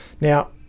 Now